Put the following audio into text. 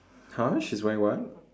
!huh! she's wearing what